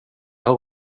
har